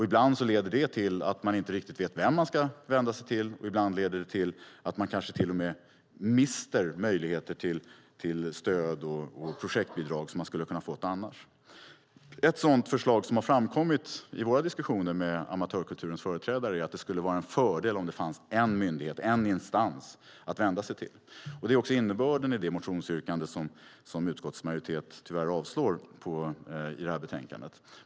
Ibland leder det till att man inte riktigt vet vem man ska vända sig till, och ibland leder det till att man kanske till och med mister möjligheter till stöd och projektbidrag som man annars skulle ha kunnat få. Ett sådant förslag som har framkommit i våra diskussioner med amatörkulturens företrädare är att det skulle vara en fördel om det fanns en myndighet, en instans, att vända sig till. Det är också innebörden i det motionsyrkande som utskottsmajoriteten tyvärr avstyrker i detta betänkande.